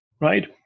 right